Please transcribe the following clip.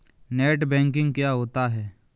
Net banking क्या होता है?